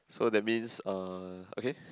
so that means uh okay